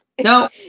no